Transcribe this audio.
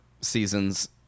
seasons